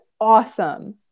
awesome